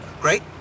great